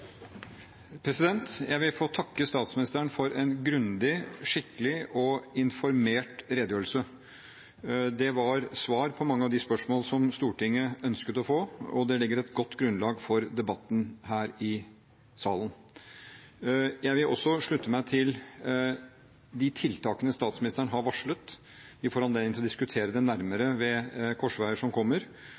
Jeg vil få takke statsministeren for en grundig, skikkelig og informert redegjørelse. Det var svar på mange av de spørsmål som Stortinget ønsket å få svar på, og det legger et godt grunnlag for debatten her i salen. Jeg vil også slutte meg til de tiltakene statsministeren har varslet. Vi får anledning til å diskutere dem nærmere ved korsveier som kommer,